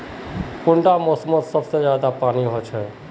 कुंडा मोसमोत सबसे ज्यादा पानी होचे?